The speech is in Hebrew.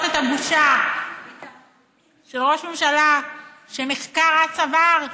את הבושה של ראש ממשלה שנחקר עד צוואר,